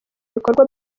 ibikorwa